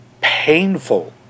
painful